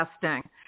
testing